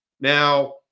Now